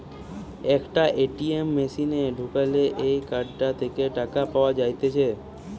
একটা এ.টি.এম মেশিনে ঢুকালে এই কার্ডটা থেকে টাকা পাওয়া যাইতেছে